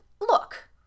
look